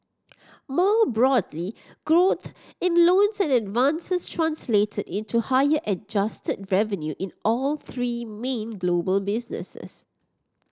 more broadly growth in loans and advances translated into higher adjusted revenue in all three main global businesses